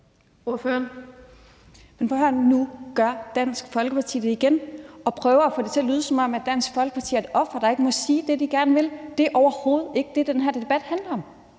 høre: Nu gør Dansk Folkeparti det igen. Man prøver at få det til at lyde, som om Dansk Folkeparti er et offer, der ikke må sige det, man gerne vil. Det er overhovedet ikke det, den her debat handler om.